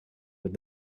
with